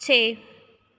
ਛੇ